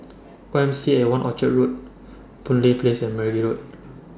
Y M C At one Orchard Road Boon Lay Place and Meragi Road